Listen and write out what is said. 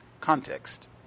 context